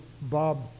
Bob